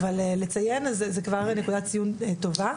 אבל זו כבר נקודת ציון טובה.